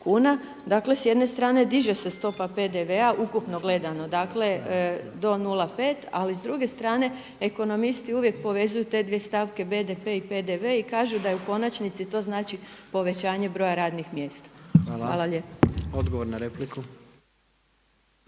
Dakle s jedne strane diže se stopa PDV-a ukupno gledano, dakle do 0,5 ali s druge strane ekonomisti uvijek povezuju te dvije stavke BDP i PDV i kažu da je u konačnici to znači povećanje broja radni mjesta. Hvala lijepo.